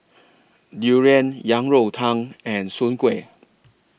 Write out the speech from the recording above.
Durian Yang Rou Tang and Soon Kuih